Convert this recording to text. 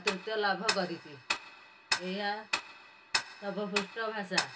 ଆଦୃତ୍ୟ ଲାଭ କରିଛି ଏହା ସର୍ବପୃଷ୍ଟ ଭାଷା